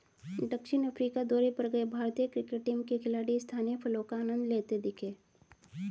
दक्षिण अफ्रीका दौरे पर गए भारतीय टीम के खिलाड़ी स्थानीय फलों का आनंद लेते दिखे